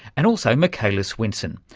and also makhala swinson,